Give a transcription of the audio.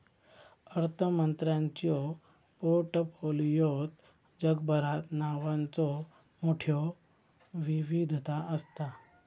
अर्थमंत्र्यांच्यो पोर्टफोलिओत जगभरात नावांचो मोठयो विविधता असता